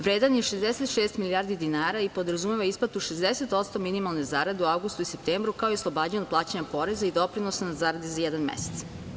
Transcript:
Vredan je 66 milijardi dinara i podrazumeva isplatu 60% minimalne zarade u avgustu i septembru, kao i oslobađanje od poreza i doprinosa na zarade za jedan mesec.